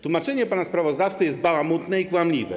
Tłumaczenie pana posła sprawozdawcy jest bałamutne i kłamliwe.